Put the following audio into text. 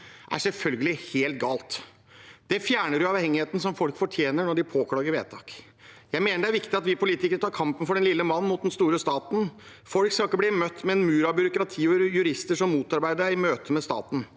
er selvfølgelig helt galt. Det fjerner uavhengigheten som folk fortjener når de påklager vedtak. Jeg mener det er viktig at vi politikere tar kampen for den lille mannen mot den store staten. Folk skal ikke bli møtt med en mur av byråkrati og jurister som motarbeider dem i møte med staten.